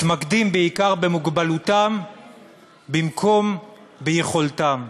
מתמקדים בעיקר במוגבלותם במקום ביכולתם.